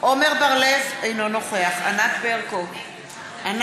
(קוראת בשמות חברי הכנסת) יחיאל חיליק בר,